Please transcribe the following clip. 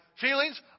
feelings